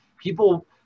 people